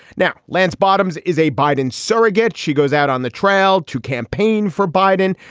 now, lance bottoms is a biden surrogate. she goes out on the trail to campaign for biden.